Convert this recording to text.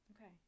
okay